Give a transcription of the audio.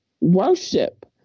worship